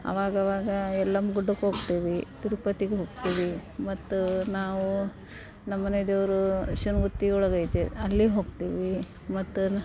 ಅವಾಗವಾಗ ಎಲ್ಲಮ್ಮ ಗುಡ್ಡಕ್ಕೆ ಹೋಗ್ತೀವಿ ತಿರುಪತಿಗೆ ಹೋಗ್ತೀವಿ ಮತ್ತು ನಾವು ನಮ್ಮ ಮನೆ ದೇವರು ಗುತ್ತಿ ಒಳಗೈತೆ ಅಲ್ಲಿ ಹೋಗ್ತೀವಿ ಮತ್ತಲ್ಲಿ